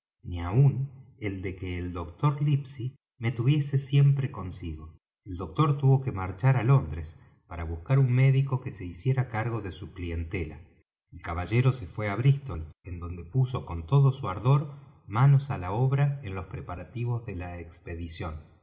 ni aun el de que el doctor livesey me tuviese siempre consigo el doctor tuvo que marchar á londres para buscar un médico que se hiciera cargo de su clientela el caballero se fué á brístol en donde puso con todo su ardor manos á la obra en los preparativos de la expedición